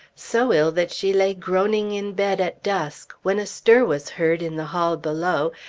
so ill that she lay groaning in bed at dusk, when a stir was heard in the hall below,